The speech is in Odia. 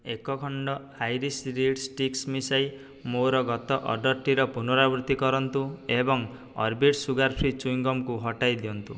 ଏକ ଖଣ୍ଡ ଆଇରିଶ୍ ରିଡ୍ ଷ୍ଟିକ୍ସ୍ ମିଶାଇ ମୋର ଗତ ଅର୍ଡ଼ର୍ଟିର ପୁନରାବୃତ୍ତି କରନ୍ତୁ ଏବଂ ଅର୍ବିଟ୍ ସୁଗାର୍ ଫ୍ରି ଚିୱିଂଗମ୍କୁ ହଟାଇ ଦିଅନ୍ତୁ